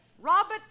Robert